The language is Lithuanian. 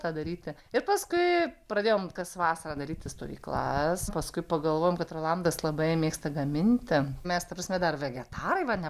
tą daryti ir paskui pradėjom kas vasarą daryti stovyklas paskui pagalvojom kad rolandas labai mėgsta gaminti mes ta prasme dar vegetarai va ne